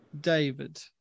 David